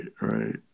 right